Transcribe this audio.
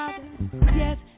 Yes